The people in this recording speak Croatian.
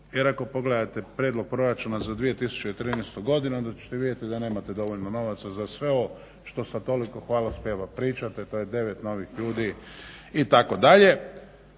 jer ako pogledate prijedlog proračuna za 2013. godinu onda ćete vidjeti da nemate dovoljno novaca za sve ovo što sa toliko hvalospjeva pričate, da je devet novih ljudi itd.